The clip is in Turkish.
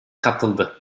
katıldı